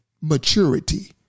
maturity